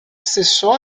stesso